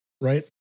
right